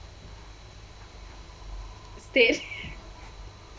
stay